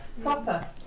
Proper